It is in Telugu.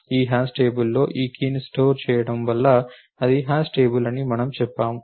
ఈ హ్యాష్ టేబుల్లో ఈ కీ ను స్టోర్ చేయడం వల్ల ఇది హ్యాష్ టేబుల్ అని మనము చెప్పాము